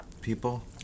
people